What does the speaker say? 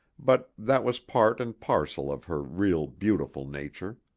but that was part and parcel of her real, beautiful nature.